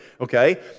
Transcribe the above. okay